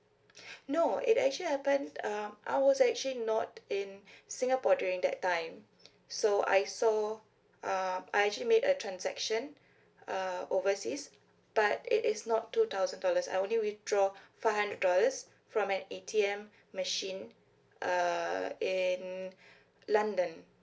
no it actually happen um I was actually not in singapore during that time so I saw uh I actually made a transaction uh overseas but it is not two thousand dollars I only withdraw five hundred dollars from an A_T_M machine uh in london